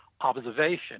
observation